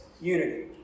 unity